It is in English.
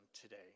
today